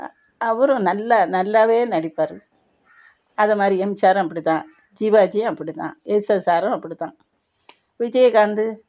அவரும் நல்லா நல்லாவே நடிப்பார் அதே மாதிரி எம்ஜிஆரும் அப்படி தான் சிவாஜியும் அப்படி தான் எஸ்எஸ்ஆரும் அப்படி தான் விஜய்காந்து